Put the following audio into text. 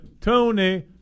Tony